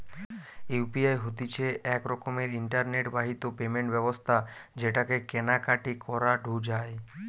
UPI হতিছে এক রকমের ইন্টারনেট বাহিত পেমেন্ট ব্যবস্থা যেটাকে কেনা কাটি করাঢু যায়